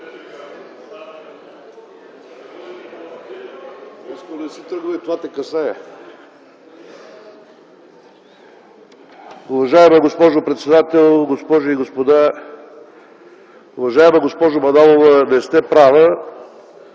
Уважаема госпожо председател, госпожи и господа! Уважаема госпожо Манолова, не сте права